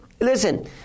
listen